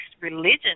religion